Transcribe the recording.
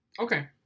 Okay